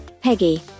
Peggy